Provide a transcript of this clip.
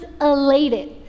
elated